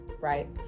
right